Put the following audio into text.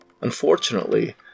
Unfortunately